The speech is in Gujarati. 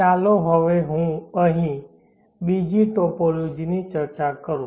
ચાલો હવે હું અહીં બીજી ટોપોલોજી ની ચર્ચા કરું